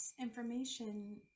information